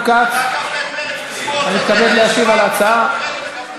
אבל תראו את האבסורד: מכיוון שלא הרחבנו את הגדרת הביטחון,